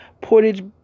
Portage